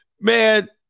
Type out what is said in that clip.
man